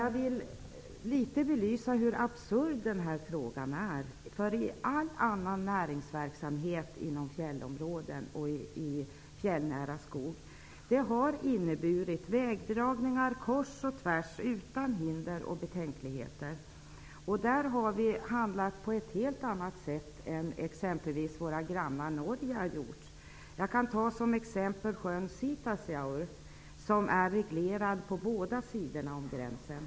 Jag vill något belysa hur absurd frågan är. All annan näringsverksamhet inom fjällområden och i fjällnära skog har inneburit att vägdragningar gjorts kors och tvärs, utan hinder eller betänkligheter. Där har vi handlat på ett helt annat sätt än våra grannar i Norge har gjort. Jag kan som exempel ta sjön Sitasjaure, som är reglerad på båda sidor om gränsen.